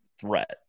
threat